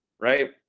right